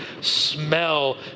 smell